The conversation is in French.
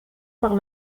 par